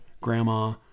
grandma